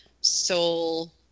soul